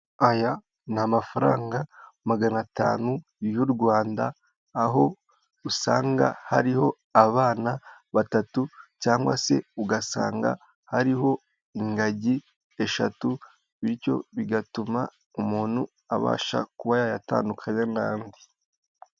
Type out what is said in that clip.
Aya ni amafaranga magana atanu y'u Rwanda, aho usanga hariho abana batatu cyangwa se ugasanga hariho ingagi eshatu bityo bigatuma umuntu abasha kuba yayatandukanya n'andi.